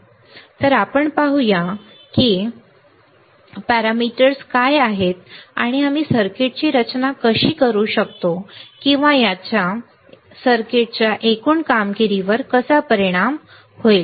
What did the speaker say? तर आपण पाहूया की पॅरामीटर्स काय आहेत आणि आम्ही सर्किटची रचना कशी करू शकतो किंवा याचा सर्किटच्या एकूण कामगिरीवर कसा परिणाम होईल